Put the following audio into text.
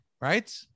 right